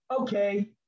okay